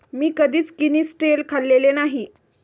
मी कधीच किनिस्टेल खाल्लेले नाही